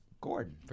Gordon